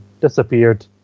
disappeared